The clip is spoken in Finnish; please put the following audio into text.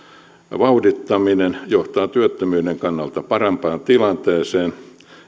vauhdittaminen johtaa työttömyyden kannalta parempaan tilanteeseen